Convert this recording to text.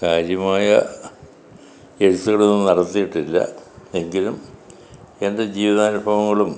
കാര്യമായ കേസുകളൊന്നും നടത്തിയിട്ടില്ല എങ്കിലും എൻ്റെ ജീവിതാനുഭവങ്ങളും